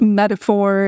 metaphor